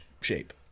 shape